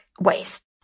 waste